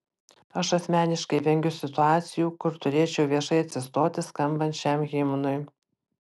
aš asmeniškai vengiu situacijų kur turėčiau viešai atsistoti skambant šiam himnui